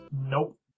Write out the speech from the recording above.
Nope